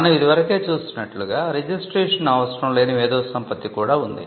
మనం ఇది వరకే చూసినట్లుగా రిజిస్ట్రేషన్ అవసరం లేని మేధోసంపత్తి కూడా ఉంది